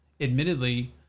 admittedly